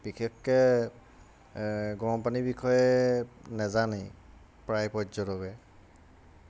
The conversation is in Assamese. বিশেষকৈ গৰম পানীৰ বিষয়ে নাজানেই প্ৰায় পৰ্যটকে